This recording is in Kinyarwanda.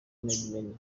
benin